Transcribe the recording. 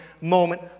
moment